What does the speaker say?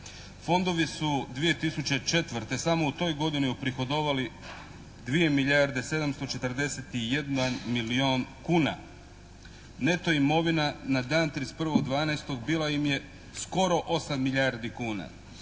Fondovi su 2004. samo u toj godini uprihodovali dvije milijarde 741 milijun kuna. Neto imovina na dan 31.12. bila im je skoro 8 milijardi kuna.